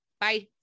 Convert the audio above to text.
bye